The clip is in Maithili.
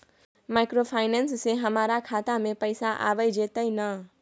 माइक्रोफाइनेंस से हमारा खाता में पैसा आबय जेतै न?